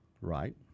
Right